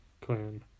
clan